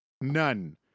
None